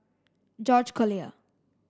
George Collyer